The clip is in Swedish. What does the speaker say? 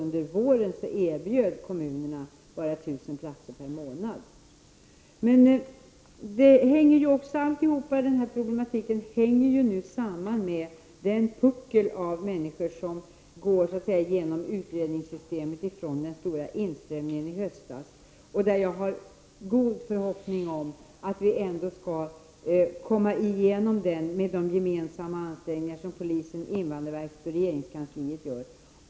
Under våren erbjöd kommunerna bara 1 000 Hela den här problematiken hänger ju samman med den puckel av människor som så att säga går genom utredningssystemet från den stora inströmningen i höstas. Jag har goda förhoppningar om att vi ändå skall klara av detta med de gemensamma ansträngningar som polisen, invandrarverket och regeringskansliet gör.